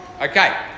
Okay